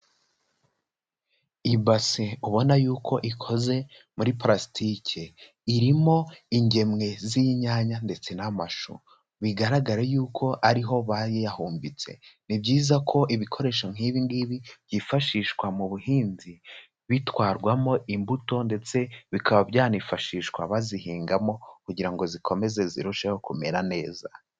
Ibase ubona y'uko ikoze muri parasitike, irimo ingemwe z'inyanya ndetse n'amashu, bigaragara y'uko ariho bayahumbitse, ni byiza ko ibikoresho nk'ibi ngibi byifashishwa mu buhinzi bitwarwamo imbuto ndetse bikaba byanifashishwa bazihingamo, kugira ngo zikomeze zirusheho kumera neza.